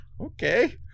okay